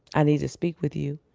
i need to speak with you.